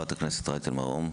חברת הכנסת רייטן מרום.